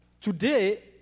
Today